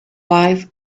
life